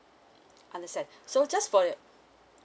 understand so just for the